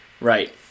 right